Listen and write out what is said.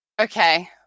okay